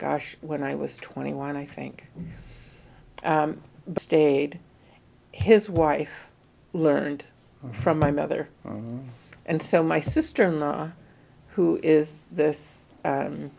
gosh when i was twenty one i think i stayed his wife learned from my mother and so my sister in law who is this